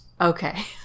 Okay